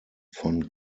von